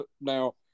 Now